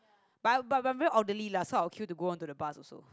but but but very orderly so I will queue to go on to the bus also